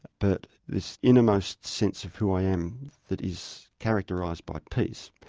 but this innermost sense of who i am that is characterised by peace.